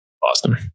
Boston